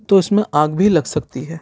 تو اِس میں آگ بھی لگ سکتی ہے